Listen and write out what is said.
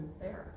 Sarah